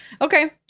Okay